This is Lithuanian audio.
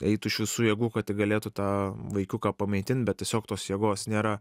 eitų iš visų jėgų kad tik galėtų tą vaikiuką pamaitint bet tiesiog tos jėgos nėra